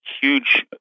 huge